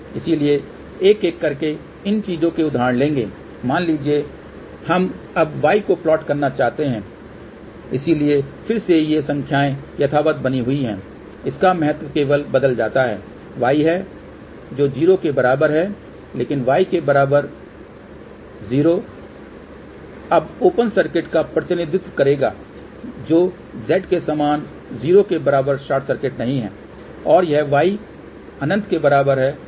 इसलिए एक एक करके इन चीजों के उदाहरण लेंगे मान लीजिए हम अब Y को प्लॉट करना चाहते हैं इसलिए फिर से ये संख्याएँ यथावत बनी हुई हैं इसका महत्व केवल बदल जाता है Y है जो 0 के बराबर है लेकिन Y के बराबर 0 अब ओपन सर्किट का प्रतिनिधित्व करेगा जो Z के समान 0 के बराबर शॉर्ट सर्किट नहीं है और यह Y अनंत के बराबर है